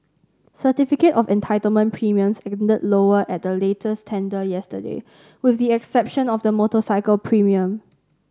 certificate of entitlement premiums ended lower at the latest tender yesterday with the exception of the motorcycle premium